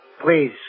Please